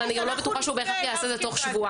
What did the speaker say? אבל אני גם לא מאמינה שהוא בהכרח יעשה את זה תוך שבועיים.